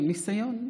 עם ניסיון,